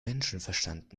menschenverstand